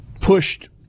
pushed